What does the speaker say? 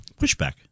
pushback